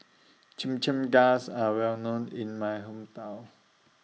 Chimichangas Are Well known in My Hometown